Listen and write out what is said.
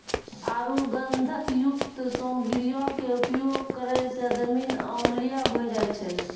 आरु गंधकयुक्त सामग्रीयो के उपयोग करै से जमीन अम्लीय होय जाय छै